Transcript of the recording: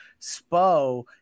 SPO